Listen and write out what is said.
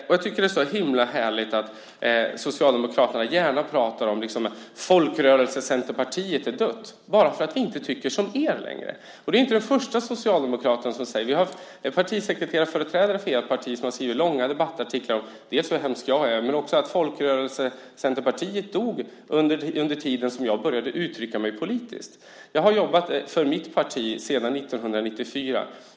Jag tycker att det är så himla härligt att Socialdemokraterna gärna pratar om att Folkrörelse-Centerpartiet är dött bara för att vi inte tycker som ni längre. Göte Wahlström är inte den första socialdemokraten som säger så här. En partisekreterarföreträdare för ert parti har skrivit långa debattartiklar dels om hur hemsk jag är, dels om hur Folkrörelse-Centerpartiet dog under den tid som jag började uttrycka mig politiskt. Jag har jobbat för mitt parti sedan 1994.